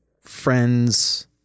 Friends